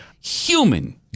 human